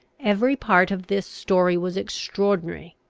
every part of this story was extraordinary.